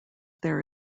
there